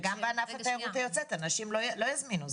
וגם בענף התיירות היוצאת אנשים לא יזמינו.